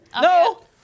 No